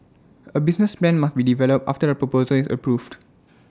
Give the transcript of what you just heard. A business plan must be developed after the proposal is approved